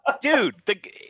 Dude